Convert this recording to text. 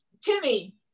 Timmy